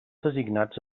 designats